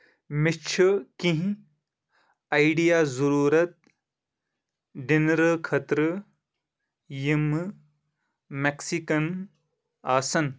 مےٚ چھِ کینٛہہ آیڈیا ضروٗرت ڈینَرٕ خٲطرٕ یِمہٕ میکسکَن آسَن